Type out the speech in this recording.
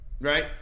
Right